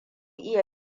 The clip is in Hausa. iya